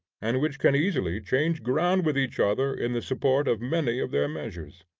and which can easily change ground with each other in the support of many of their measures.